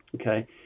okay